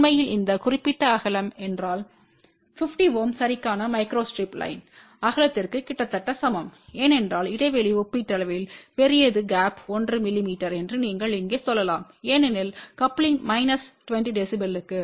உண்மையில் இந்த குறிப்பிட்ட அகலம் என்றால் 50 Ω சரிக்கான மைக்ரோஸ்ட்ரிப் லைன் அகலத்திற்கு கிட்டத்தட்ட சமம் ஏனென்றால் இடைவெளி ஒப்பீட்டளவில் பெரியது கேப் 1 மிமீ என்று நீங்கள் இங்கே சொல்லலாம் ஏனெனில் கப்லிங் மைனஸ் 20 dBக்கு